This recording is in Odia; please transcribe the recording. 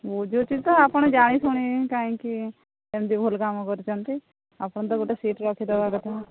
ବୁଝୁଛି ତ ଆପଣ ଜାଣିଶୁଣି କାହିଁକି ଏମିତି ଭୁଲ୍ କାମ କରୁଛନ୍ତି ଆପଣ ତ ଗୋଟେ ସିଟ୍ ରଖିଦେବା କଥା